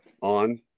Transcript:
On